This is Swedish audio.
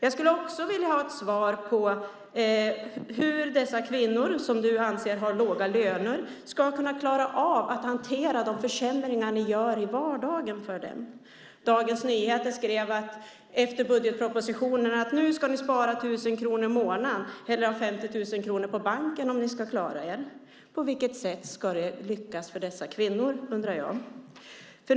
Jag skulle också vilja ha svar på hur dessa kvinnor, som du anser har låga löner, ska klara av att hantera de försämringar ni gör för dem i vardagen. Dagens Nyheter skrev efter budgetpropositionen att nu ska ni spara 1 000 kronor i månaden eller ha 50 000 kronor på banken om ni ska klara er. På vilket sätt ska dessa kvinnor lyckas med det, undrar jag.